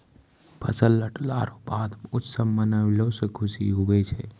फसल लटला रो बाद उत्सव मनैलो से खुशी हुवै छै